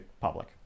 public